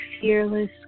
fearless